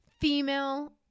female